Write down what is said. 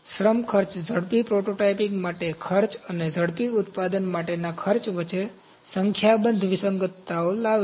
શ્રમ ખર્ચ ઝડપી પ્રોટોટાઇપિંગ માટેના ખર્ચ અને ઝડપી ઉત્પાદન માટેના ખર્ચ વચ્ચે સંખ્યાબંધ વિસંગતતાઓ લાવે છે